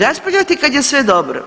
Raspravljati kad je sve dobro.